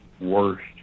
worst